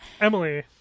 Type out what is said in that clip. Emily